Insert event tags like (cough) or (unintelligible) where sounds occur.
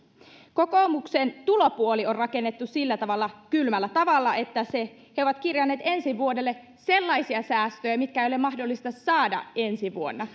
kokoomuksen tulopuoli on rakennettu sillä tavalla kylmällä tavalla että he ovat kirjanneet ensi vuodelle sellaisia säästöjä mitä ei ole mahdollista saada ensi vuonna (unintelligible)